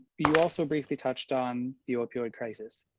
you also briefly touched on the opioid crisis.